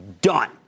done